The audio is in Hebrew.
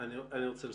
אני רוצה לסכם.